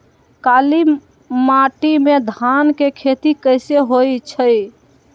काली माटी में धान के खेती कईसे होइ छइ?